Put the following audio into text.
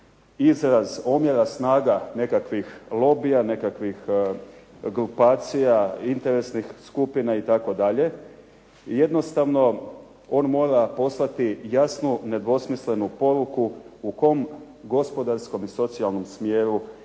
izraz omjera snaga nekakvih lobija, nekakvih grupacija, interesnih skupina itd. jednostavno on mora poslati jasnu nedvosmislenu poruku u kom gospodarskom i socijalnom smjeru